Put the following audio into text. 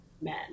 men